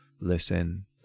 listen